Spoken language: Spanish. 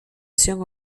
adquiere